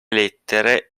lettere